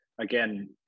again